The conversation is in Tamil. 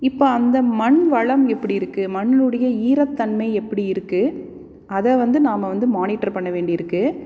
இப்போ அந்த மண் வளம் எப்படி இருக்குது மண்ணிணுடைய ஈரத்தன்மை எப்படி இருக்குது அதை வந்து நாம் வந்து மானிட்டர் பண்ண வேண்டி இருக்குது